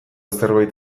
zerbait